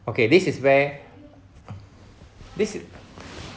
okay this is where this is